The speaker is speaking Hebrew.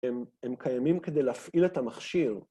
הם קיימים כדי להפעיל את המכשיר.